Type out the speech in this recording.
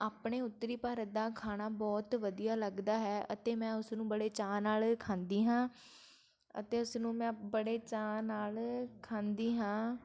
ਆਪਣੇ ਉੱਤਰੀ ਭਾਰਤ ਦਾ ਖਾਣਾ ਬਹੁਤ ਵਧੀਆ ਲੱਗਦਾ ਹੈ ਅਤੇ ਮੈਂ ਉਸ ਨੂੰ ਬੜੇ ਚਾਅ ਨਾਲ ਖਾਂਦੀ ਹਾਂ ਅਤੇ ਉਸਨੂੰ ਮੈਂ ਬੜੇ ਚਾਅ ਨਾਲ ਖਾਂਦੀ ਹਾਂ